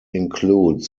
include